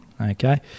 okay